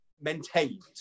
maintained